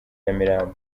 nyamirambo